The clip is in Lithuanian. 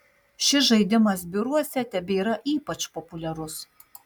šis žaidimas biuruose tebėra ypač populiarus